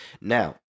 Now